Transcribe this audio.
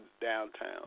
downtown